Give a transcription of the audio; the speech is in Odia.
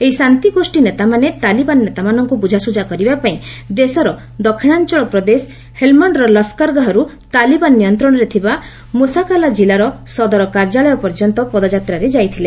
ଏହି ଶାନ୍ତିଗୋଷୀ ନେତାମାନେ ତାଲିବାନ୍ ନେତାମାନଙ୍କୁ ବୁଝାଶୁଝା କରିବାପାଇଁ ଦେଶର ଦକ୍ଷିଣାଞଳ ପ୍ରଦେଶ ହେଲ୍ମଣ୍ଡ୍ର ଲସ୍କରଗାହାରୁ ତାଲିବାନ୍ ନିୟନ୍ତ୍ରଣରେ ଥିବା ମୁସାକାଲା କିଲ୍ଲାର ସଦର କାର୍ଯ୍ୟାଳୟ ପର୍ଯ୍ୟନ୍ତ ପଦଯାତ୍ରାରେ ଯାଇଥିଲେ